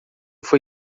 foi